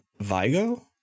Vigo